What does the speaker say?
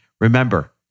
Remember